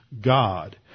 God